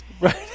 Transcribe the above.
right